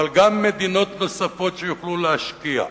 אבל גם מדינות נוספות שיוכלו להשקיע.